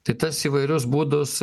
tai tas įvairius būdus